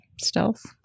stealth